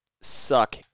suck